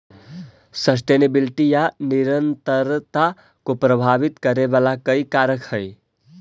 sustainability या निरंतरता को प्रभावित करे वाला कई कारक हई